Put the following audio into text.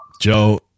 Joe